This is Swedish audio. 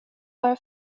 bara